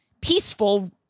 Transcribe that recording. peaceful